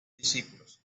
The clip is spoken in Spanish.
discípulos